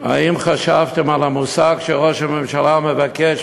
האם חשבתם על המושג שראש הממשלה מבקש,